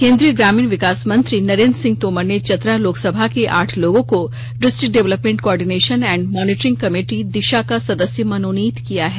केन्द्रीय ग्रामीण विकास मंत्री नरेंद्र सिंह तोमर ने चतरा लोकसभा के आठ लोगों को district development coordination and monitoring committee Disha का सदस्य मनोनीत किया है